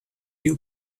you